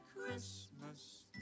Christmas